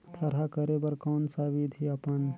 थरहा करे बर कौन सा विधि अपन?